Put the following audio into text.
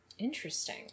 Interesting